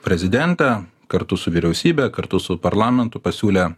prezidentą kartu su vyriausybe kartu su parlamentu pasiūlė